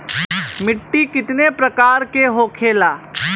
मिट्टी कितने प्रकार के होखेला?